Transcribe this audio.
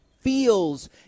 feels